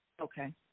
Okay